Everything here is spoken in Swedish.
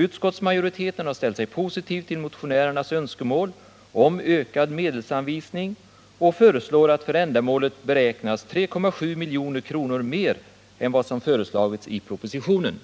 Utskottsmajoriteten har ställt sig positiv till motionärernas önskemål om ökad medelsanvisning och föreslår att för ändamålet beräknas 3,7 milj.kr. mer än vad som föreslagits i propositionen.